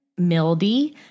Mildy